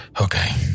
Okay